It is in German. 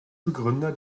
begründer